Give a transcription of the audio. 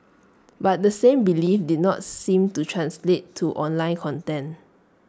but the same belief did not seem to translate to online content